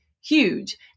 huge